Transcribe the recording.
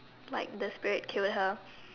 like the spirit killed her